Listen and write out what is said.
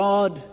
God